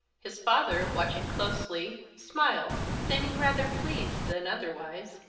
his father, watching closely, smiled, seeming rather pleased than otherwise,